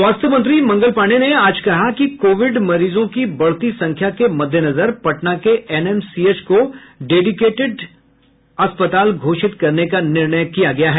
स्वास्थ्य मंत्री मंगल पांडेय ने आज कहा कि कोविड मरीजों की बढ़ती संख्या के मद्देनजर पटना के एनएमसीएच को डेडिकेटेड घोषित करने का निर्णय किया गया है